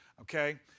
Okay